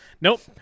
Nope